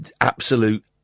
absolute